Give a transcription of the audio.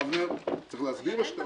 אבנר, צריך להסביר?